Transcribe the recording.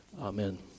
Amen